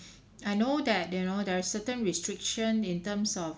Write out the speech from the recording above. I know that you know there is certain restrictions in terms of